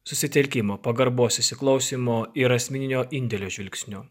susitelkimo pagarbos įsiklausymo ir asmeninio indėlio žvilgsniu